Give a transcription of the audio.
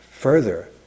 further